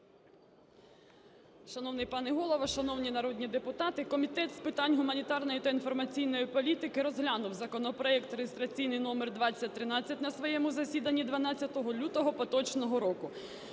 Шановний пане Голово, шановні народні депутати, Комітет з питань гуманітарної та інформаційної політики розглянув законопроект реєстраційний номер 2013 на своєму засіданні 12 лютого поточного року.